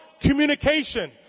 communication